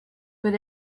but